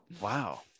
Wow